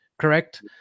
correct